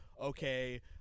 Okay